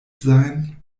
sein